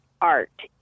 art